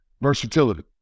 versatility